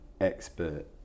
expert